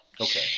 Okay